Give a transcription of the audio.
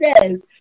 says